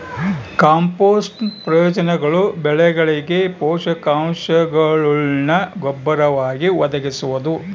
ಕಾಂಪೋಸ್ಟ್ನ ಪ್ರಯೋಜನಗಳು ಬೆಳೆಗಳಿಗೆ ಪೋಷಕಾಂಶಗುಳ್ನ ಗೊಬ್ಬರವಾಗಿ ಒದಗಿಸುವುದು